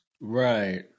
Right